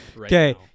Okay